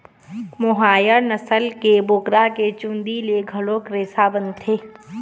मोहायर नसल के बोकरा के चूंदी ले घलोक रेसा बनथे